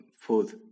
food